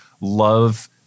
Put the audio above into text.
love